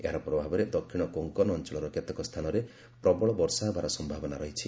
ଏହାର ପ୍ରଭାବରେ ଦକ୍ଷିଣ କୋଙ୍କନ୍ ଅଂଚଳର କେତେକ ସ୍ଥାନରେ ପ୍ରବଳ ବର୍ଷା ହେବାର ସମ୍ଭାବନା ରହିଛି